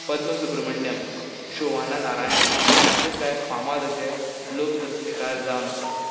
पद्म सुभ्रमण्यम शोवाना नारायण हें कांय फामाद अशें लोक नृत्यकार जावन आसात